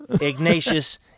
Ignatius